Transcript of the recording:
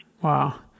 Wow